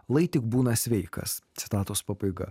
lai tik būna sveikas citatos pabaiga